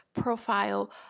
profile